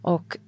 Och